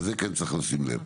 ולזה כן צריך לשים לב.